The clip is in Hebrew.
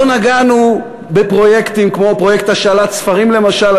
לא נגענו בפרויקטים כמו פרויקט השאלת ספרים, למשל.